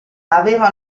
aveva